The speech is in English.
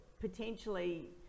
potentially